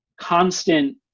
constant